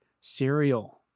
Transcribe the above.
cereal